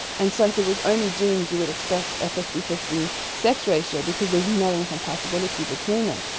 and so if it was only genes you would expect a fifty fifty sex ratio because there's no incompatibility between them.